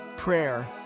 Prayer